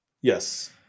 yes